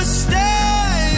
stay